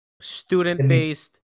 student-based